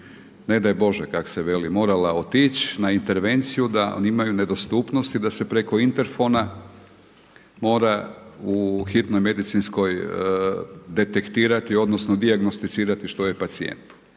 ne daj Bože kak se veli morala otići na intervenciju da oni imaju nedostupnost i da se preko interfona mora u hitnoj medicinskoj detektirati, odnosno dijagnosticirati što je pacijent.